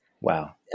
wow